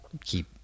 keep